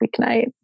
weeknight